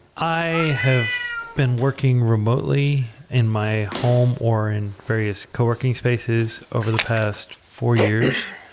i have been working remotely in my home or in various co-working spaces over the past four years.